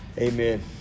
Amen